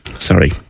Sorry